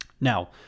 Now